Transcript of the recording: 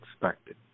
expected